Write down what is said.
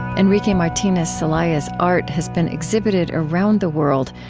enrique martinez celaya's art has been exhibited around the world,